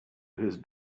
his